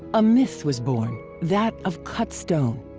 a myth was born that of cut stone.